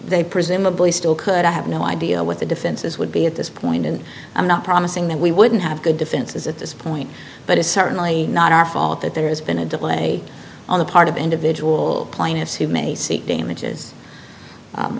they presumably still could i have no idea what the defenses would be at this point and i'm not promising that we wouldn't have good defenses at this point but it's certainly not our fault that there's been a delay on the part of the individual plaintiffs who may seek damages